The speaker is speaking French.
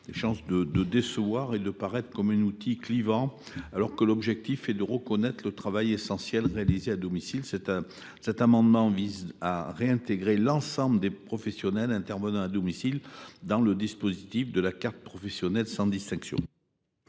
risque de décevoir. Elle pourrait se révéler un outil clivant, alors que l’objectif est de reconnaître le travail essentiel réalisé à domicile. Cet amendement vise à réintégrer l’ensemble des professionnels intervenant à domicile dans le dispositif de la carte professionnelle, sans distinction.